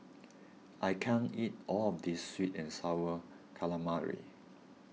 I can't eat all of this Sweet and Sour Calamari